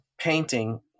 painting